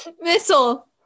Missile